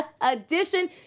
edition